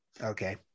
okay